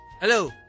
Hello